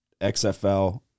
XFL